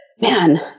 man